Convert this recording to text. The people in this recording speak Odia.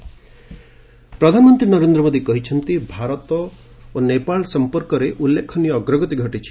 ପିଏମ୍ ପ୍ରଚଣ୍ଡ ପ୍ରଧାନମନ୍ତ୍ରୀ ନରେନ୍ଦ୍ର ମୋଦି କହିଛନ୍ତି ଭାରତ ନେପାଳ ସମ୍ପର୍କରେ ଉଲ୍ଲେଖନୀୟ ଅଗ୍ରଗତି ଘଟିଛି